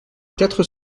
quatre